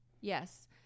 Yes